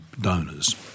donors